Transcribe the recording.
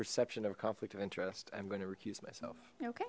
perception of a conflict of interest i'm going to recuse myself okay